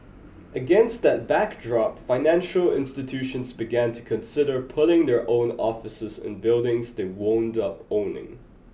against that backdrop financial institutions began to consider putting their own offices in buildings they wound up owning